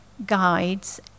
guides